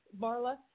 Marla